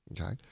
Okay